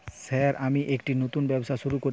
Sir আমি একটি নতুন ব্যবসা শুরু করেছি?